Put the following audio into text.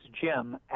jim